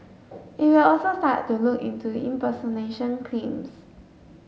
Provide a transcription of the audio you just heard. it will also start to look into impersonation